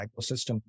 ecosystem